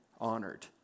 honored